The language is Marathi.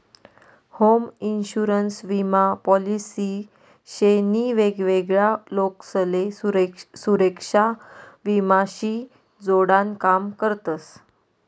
होम इन्शुरन्स विमा पॉलिसी शे नी वेगवेगळा लोकसले सुरेक्षा विमा शी जोडान काम करतस